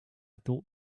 thought